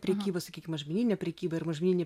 prekybą sakykim mažmeninė prekyba ir mažmeninė